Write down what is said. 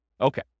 Okay